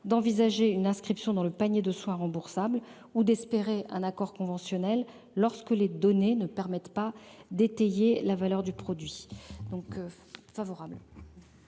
d'envisager une inscription dans le panier de soins remboursables ou d'espérer un accord conventionnel lorsque les données ne permettent pas d'étayer la valeur du produit, donc favorable.